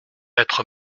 être